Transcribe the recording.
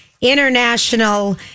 international